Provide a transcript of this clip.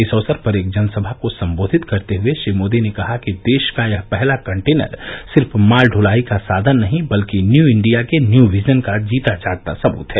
इस अवसर पर एक जनसभा को सम्बोधित करते हए श्री मोदी ने कहा कि देश का यह पहला कनटेनर सिर्फ माल द्वलाई का साधन नहीं बल्कि न्यू इण्डिया के न्यू विजन का जीता जागता सबूत है